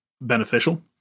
beneficial